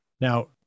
Now